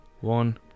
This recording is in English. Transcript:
One